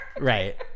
right